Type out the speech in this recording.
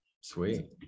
sweet